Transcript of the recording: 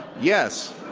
yes,